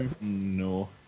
No